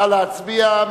נא להצביע.